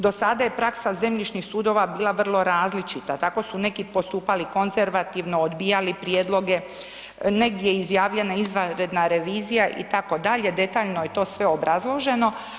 Do sada je praksa zemljišnih sudova bila vrlo različita, tako su neki postupali konzervativno, odbijali prijedloge, negdje je izjavljena izvanredna revizija itd., detaljno je to sve obrazloženo.